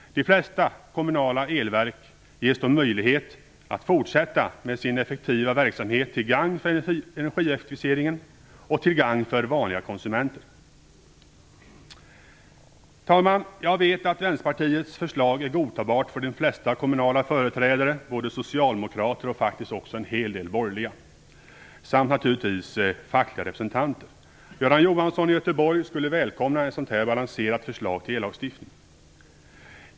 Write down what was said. De flesta kommunala elverk ges då möjlighet att fortsätta med sin effektiva verksamhet till gagn för energieffektivisering och till gagn för vanliga konsumenter. Herr talman! Jag vet att Vänsterpartiets förslag är godtagbart för de flesta kommunala företrädare, både socialdemokrater och faktiskt också en hel del borgerliga, samt naturligtvis fackliga representanter. Göran Johansson i Göteborg skulle välkomna ett sådant balanserat förslag till ellagstiftning.